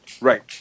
right